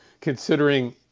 considering